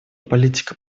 политика